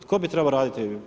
Tko bi trebao raditi?